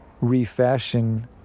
refashion